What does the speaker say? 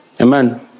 Amen